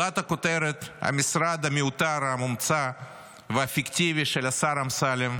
המשרד המיותר, המומצא והפיקטיבי של השר אמסלם,